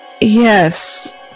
yes